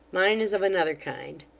mine is of another kind,